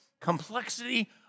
complexity